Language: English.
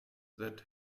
that